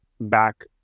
back